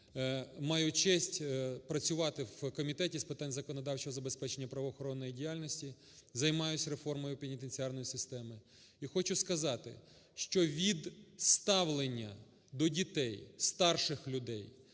маю честь працювати у Комітеті з питань законодавчого забезпечення правоохоронної діяльності, займаюсь реформою пенітенціарної системи. І хочу сказати, що від ставлення до дітей, старших людей,